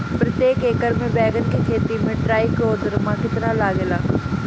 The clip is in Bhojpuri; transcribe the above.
प्रतेक एकर मे बैगन के खेती मे ट्राईकोद्रमा कितना लागेला?